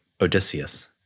Odysseus